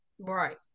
Right